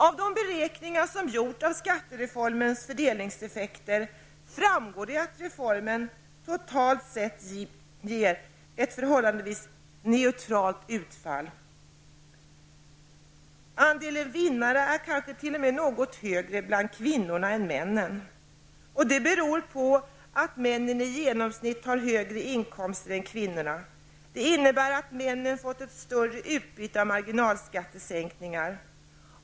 Av de beräkningar som har gjorts av skattereformens fördelningseffekter framgår det att reformen totalt sett ger ett förhållandevis neutralt utfall. Andelen vinnare är kanske t.o.m. något större bland kvinnorna än bland männen. Det beror på att männen i genomsnitt har högre inkomster än kvinnorna. Detta innebär att männen får ett större utbyte av marginalskattesänkningar.